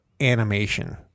animation